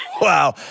Wow